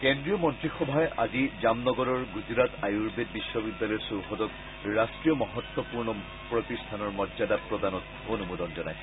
কেদ্ৰীয় মন্ত্ৰীসভাই আজি জামনগৰৰ গুজৰাট আয়ুৰৰ্বেদ বিশ্ববিদ্যালয় চৌহদক ৰাষ্ট্ৰীয় মহত্বপূৰ্ণ প্ৰতিষ্ঠানৰ মৰ্যদা প্ৰদানত অনুমোদন জনাইছে